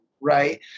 right